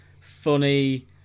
funny